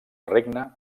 regne